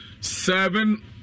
seven